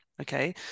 Okay